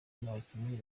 n’abakinnyi